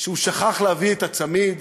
שהוא שכח להביא את הצמיד